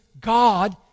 God